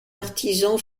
artisan